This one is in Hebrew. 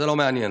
מה כתוב בעמ'